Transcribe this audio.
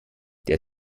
der